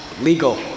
legal